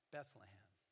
Bethlehem